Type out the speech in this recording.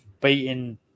beating